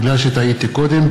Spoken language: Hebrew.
בגלל שטעיתי קודם.